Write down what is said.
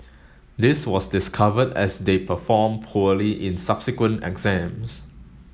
this was discovered as they performed poorly in subsequent exams